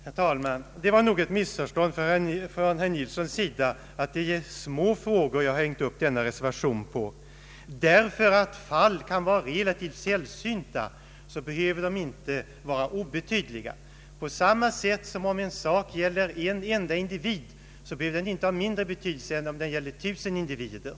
Herr talman! Det måste bero på eti missförstånd när herr Ferdinand Nilsson påstår att jag har hängt upp reser vationen på små frågor. Även om vissa fall kan vara relativt sällsynta, behöver de inte vara obetydliga. Om en sak gäller en enda individ, behöver den inte ha mindre betydelse än om den gäller tusen individer.